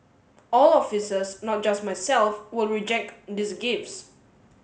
all officers not just myself will reject these gifts